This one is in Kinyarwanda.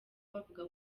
bavuga